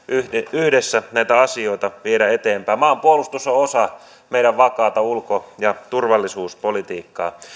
yhdessä näitä asioita viedä eteenpäin maanpuolustus on osa meidän vakaata ulko ja turvallisuuspolitiikkaamme